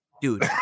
dude